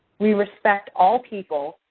we respect all people,